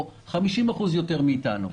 או 50% יותר מאיתנו.